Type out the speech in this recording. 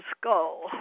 skull